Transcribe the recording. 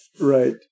Right